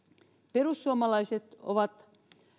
perussuomalaiset ovat